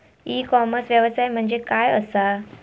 E commerce व्यवसाय म्हणजे काय असा?